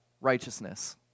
righteousness